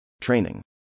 Training